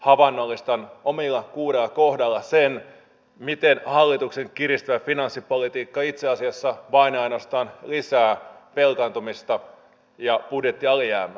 havainnollistan omilla kuudella kohdalla sen miten hallituksen kiristävä finanssipolitiikka itse asiassa vain ja ainoastaan lisää velkaantumista ja budjettialijäämää